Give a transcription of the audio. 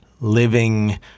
Living